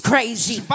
crazy